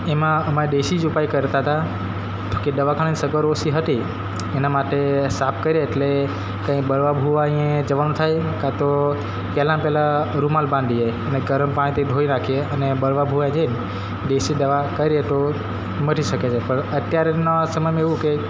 એમા અમારે દેશી જ ઉપાય કરતા હતાં કે દવાખાની સગવડ ઓછી હતી એના માટે સાપ કરડે એટલે કઈ બરવા ભૂવાઈ એ જવાનું થાયે કા તો પહેલાં પેલા રૂમાલ બાંધીએ અને ગરમ પાણીથી ધોઈ નાંખીએ અને બરવા ભૂવાઈ જઇ દેશી દવા કરીએ તો મટી શકે છે પણ અત્યારના સમયમાં એવું કે